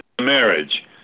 marriage